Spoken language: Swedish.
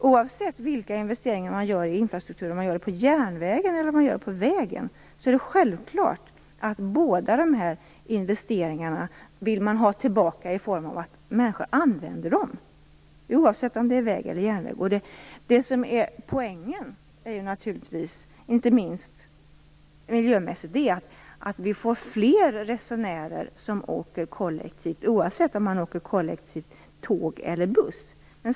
Oavsett vilka investeringar man gör i infrastrukturen när det gäller järnvägen eller vägarna, är det självklart att man vill att människor skall använda dessa. Det gäller oavsett om det är fråga om väg eller järnväg. Poängen är naturligtvis, inte minst miljömässigt, att vi får fler resenärer som åker kollektivt, oavsett om de åker tåg eller buss.